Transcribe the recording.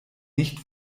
nicht